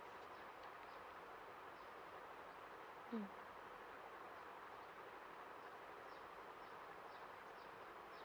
mm